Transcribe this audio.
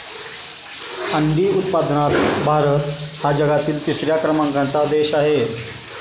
अंडी उत्पादनात भारत हा जगातील तिसऱ्या क्रमांकाचा देश आहे